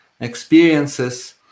experiences